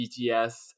BTS